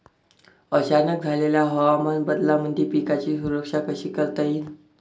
अचानक झालेल्या हवामान बदलामंदी पिकाची सुरक्षा कशी करता येईन?